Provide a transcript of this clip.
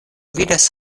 vidas